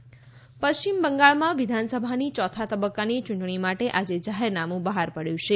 વિધાનસભા ચૂંટણી પશ્ચિમ બંગાળમાં વિધાનસભાની યોથા તબક્કાની ચૂંટણી માટે આજે જાહેરનામું બહાર પડ્યું છે